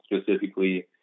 specifically